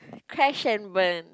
crash and burn